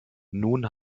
nun